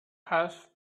had